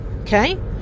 Okay